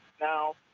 Now